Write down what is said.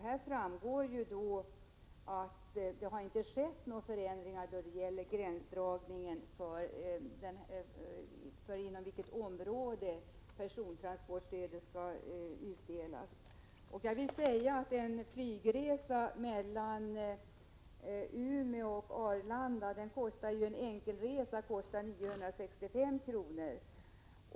Det framgår att det inte har skett några förändringar i gränsdragningen för det område inom vilket persontransportstödet skall utdelas. En enkel flygresa från Umeå till Arlanda kostar 965 kr.